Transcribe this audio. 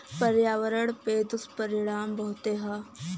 पर्यावरण पे दुष्परिणाम बहुते हौ